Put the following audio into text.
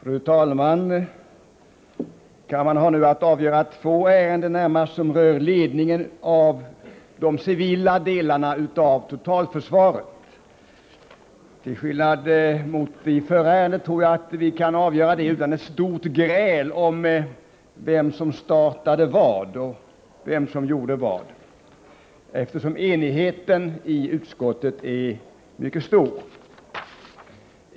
Fru talman! Kammaren har nu att avgöra två ärenden som rör ledningen av de civila delarna av totalförsvaret. Till skillnad från när det gäller det förra ärendet tror jag att vi kan avgöra dessa utan ett stort gräl om vem som startade vad och vem som gjorde vad, eftersom enigheten i utskottet är mycket stor.